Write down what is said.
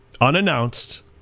unannounced